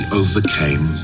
overcame